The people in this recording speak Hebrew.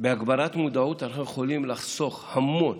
בהגברת מודעות אנחנו יכולים לחסוך המון,